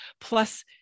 plus